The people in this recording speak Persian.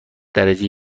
درجه